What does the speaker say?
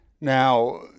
Now